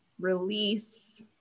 release